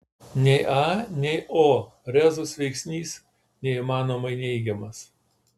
nei a nei o rezus veiksnys neįmanomai neigiamas